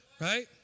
right